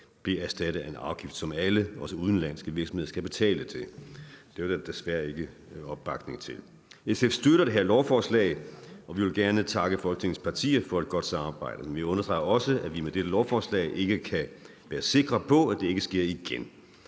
erstattet af en afgift, som alle, også udenlandske virksomheder, skal betale. Det var der desværre ikke opbakning til. SF støtter det her lovforslag, og vi vil gerne takke Folketingets partier for et godt samarbejde. Men vi understreger også, at vi med dette lovforslag ikke kan være sikre på, at det ikke sker igen.